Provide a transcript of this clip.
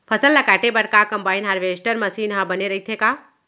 फसल ल काटे बर का कंबाइन हारवेस्टर मशीन ह बने रइथे का?